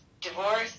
divorce